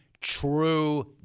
true